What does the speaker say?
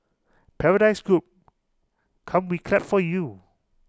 paradise group come we clap for you